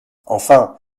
enfin